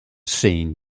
scene